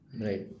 Right